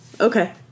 Okay